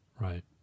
Right